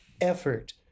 effort